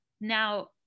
now